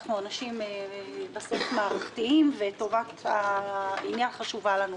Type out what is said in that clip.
אנחנו אנשים מערכתיים בסוף וטובת העניין חשובה לנו.